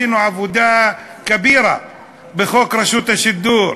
עשינו עבודה כבירה בחוק רשות השידור,